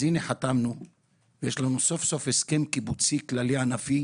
חתמנו ויש לנו סוף-סוף הסכם קיבוצי כללי ענפי,